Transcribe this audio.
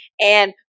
And-